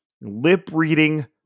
lip-reading